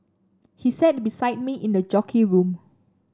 he sat beside me in the jockey room